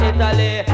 Italy